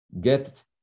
get